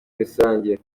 rusange